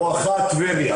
בואך טבריה,